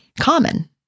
common